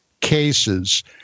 cases